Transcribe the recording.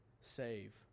save